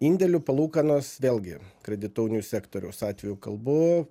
indėlių palūkanos vėlgi kredito unijų sektoriaus atveju kalbu